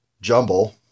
jumble